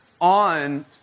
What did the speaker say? on